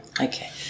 Okay